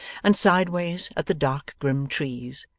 and sideways at the dark grim trees,